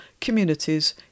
communities